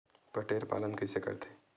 बटेर पालन कइसे करथे?